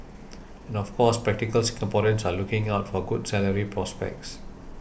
and of course practical Singaporeans are looking out for good salary prospects